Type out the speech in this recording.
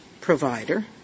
provider